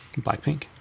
Blackpink